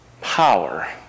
power